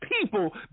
people